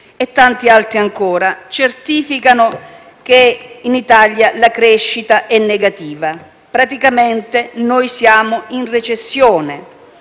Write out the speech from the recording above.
e tanti altri ancora certificano che in Italia la crescita è negativa. Praticamente, siamo in recessione: